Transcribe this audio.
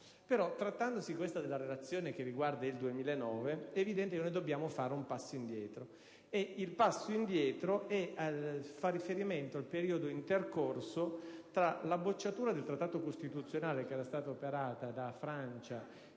Però, trattandosi della Relazione che riguarda il 2009, è evidente che dobbiamo fare un passo indietro, e questo fa riferimento al periodo intercorso tra la bocciatura del Trattato costituzionale operata da Francia